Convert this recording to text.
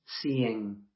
seeing